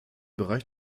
bereich